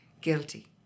guilty